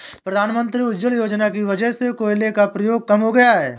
प्रधानमंत्री उज्ज्वला योजना की वजह से कोयले का प्रयोग कम हो गया है